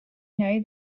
know